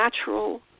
natural